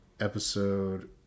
episode